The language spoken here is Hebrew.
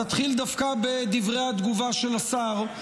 אז אתחיל דווקא בדברי התגובה של השר,